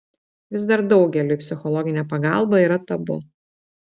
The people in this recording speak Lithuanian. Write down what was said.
vis dar daugeliui psichologinė pagalba yra tabu